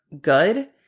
good